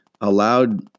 allowed